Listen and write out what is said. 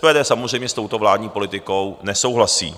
SPD samozřejmě s touto vládní politickou nesouhlasí.